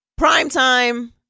Primetime